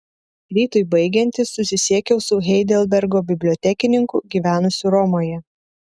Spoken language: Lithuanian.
rytui baigiantis susisiekiau su heidelbergo bibliotekininku gyvenusiu romoje